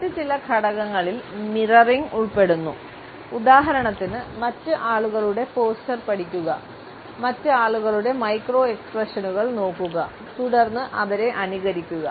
മറ്റ് ചില ഘട്ടങ്ങളിൽ മിററിംഗ് ഉൾപ്പെടുന്നു ഉദാഹരണത്തിന് മറ്റ് ആളുകളുടെ പോസ്റ്റർ പഠിക്കുക മറ്റ് ആളുകളുടെ മൈക്രോ എക്സ്പ്രഷനുകൾ നോക്കുക തുടർന്ന് അവരെ അനുകരിക്കുക